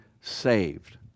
saved